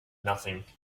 nothing